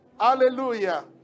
Hallelujah